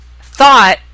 thought